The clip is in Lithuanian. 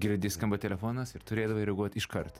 girdi skamba telefonas ir turėdavai reaguot iškart